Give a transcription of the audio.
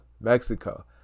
Mexico